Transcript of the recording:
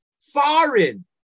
foreign